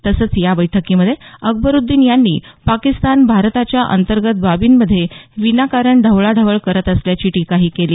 तसंच या बैठकीमध्ये अकबरुद्दीन यांनी पाकिस्तान भारताच्या अंतर्गत बाबीमध्ये विनाकारण ढवळाढवळ करत असल्याची टीकाही केली